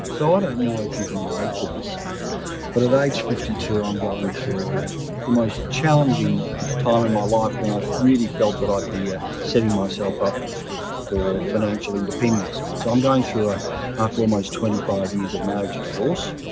so, i don't know if you can relate to this but at age fifty two i'm going through the most challenging time in my life when i really felt that i'd be ah setting myself up for financial independence. so i'm going through a after almost twenty five years of marriage a divorce.